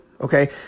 Okay